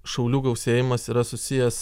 šaulių gausėjimas yra susijęs